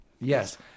Yes